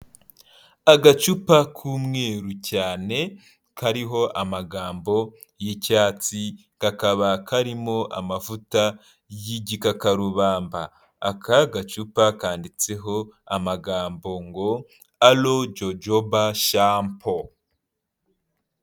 Agacupa k'umweru cyane kariho amagambo y'icyatsi kakaba karimo amavuta y'igikakarubamba, aka gacupa kanditseho amagambo ngo aro jojoba shampo.